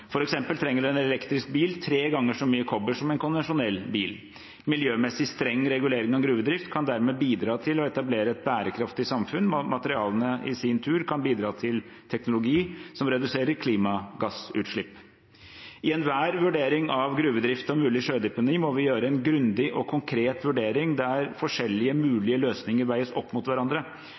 en elektrisk bil tre ganger så mye kobber som en konvensjonell bil. Miljømessig streng regulering av gruvedrift kan dermed bidra til å etablere et bærekraftig samfunn, og materialene kan i sin tur bidra til teknologi som reduserer klimagassutslipp. I enhver vurdering av gruvedrift og mulig sjødeponi må vi gjøre en grundig og konkret vurdering der forskjellige mulige løsninger veies opp mot hverandre.